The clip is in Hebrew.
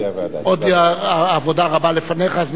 עוד עבודה רבה לפניך אז נא לשבת.